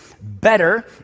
better